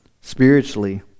spiritually